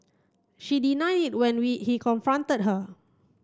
she deny it when we he confronted her